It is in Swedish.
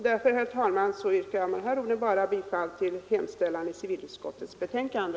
Därför, herr talman, yrkar jag bifall till hemställan i civilutskottets betänkande.